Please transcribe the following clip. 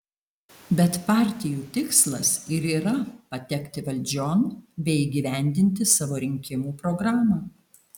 bet partijų tikslas ir yra patekti valdžion bei įgyvendinti savo rinkimų programą